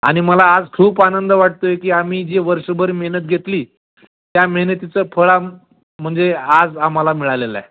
आणि मला आज खूप आनंद वाटतो आहे की आम्ही जी वर्षभर मेहनत घेतली त्या मेहनतीचं फळ आम् म्हणजे आज आम्हाला मिळालेलं आहे